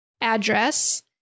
address